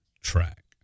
track